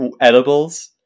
edibles